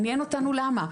מעניין אותנו למה,